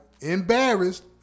embarrassed